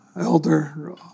elder